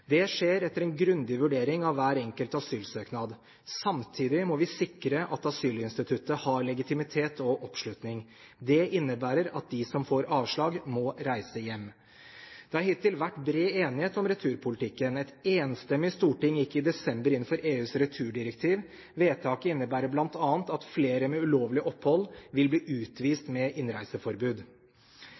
Det skjer etter en grundig vurdering av hver enkelt asylsøknad. Samtidig må vi sikre at asylinstituttet har legitimitet og oppslutning. Det innebærer at de som får avslag, må reise hjem. Det har hittil vært bred enighet om returpolitikken. Et enstemmig storting gikk i desember inn for EUs returdirektiv. Vedtaket innebærer bl.a. at flere med ulovlig opphold vil bli utvist med innreiseforbud.